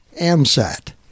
AMSAT